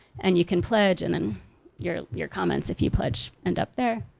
and you can pledge and then your your comments if you pledge, end up there.